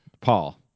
Paul